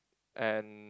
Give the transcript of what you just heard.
and